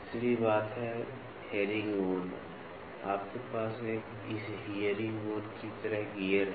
तीसरी बात है हेरिंगबोन आपके पास इस हेरिंगबोन की तरह गियर हैं